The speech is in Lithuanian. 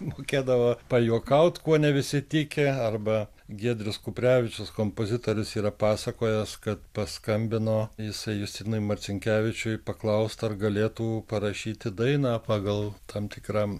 mokėdavo pajuokaut kuo ne visi tiki arba giedrius kuprevičius kompozitorius yra pasakojęs kad paskambino jisai justinui marcinkevičiui paklaust ar galėtų parašyti dainą pagal tam tikram